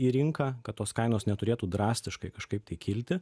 į rinką kad tos kainos neturėtų drastiškai kažkaip tai kilti